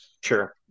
Sure